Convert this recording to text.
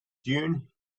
dune